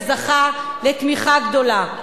וזכה לתמיכה גדולה.